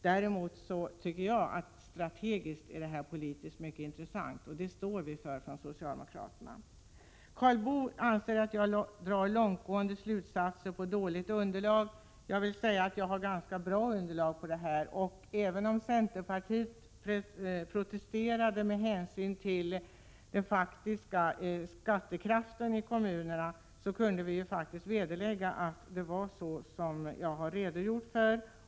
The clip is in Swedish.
Däremot tycker jag att detta strategiskt är mycket politiskt intressant, och det står vi för från socialdemokraterna. Karl Boo anser att jag drar långtgående slutsatser på dåligt underlag. Jag har faktiskt ett ganska bra underlag. Centerpartiet protesterade med hänsyn till den faktiska skattekraften i kommunerna, men vi kunde vederlägga påståendena, vilket jag också har redogjort för.